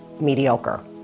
mediocre